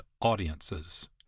audiences